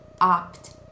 opt